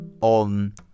On